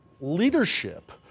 leadership